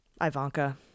Ivanka